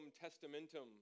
testamentum